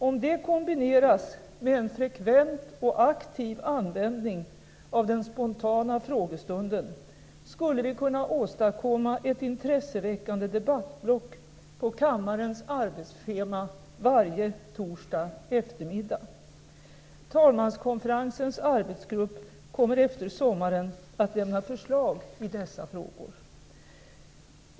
Om det kombineras med en frekvent och aktiv användning av den spontana frågestunden skulle vi kunna åstadkomma ett intresseväckande debattblock på kammarens arbetsschema varje torsdag eftermiddag. Talmanskonferensens arbetsgrupp kommer efter sommaren att lämna förslag i dessa frågor.